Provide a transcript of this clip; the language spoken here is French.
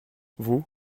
vous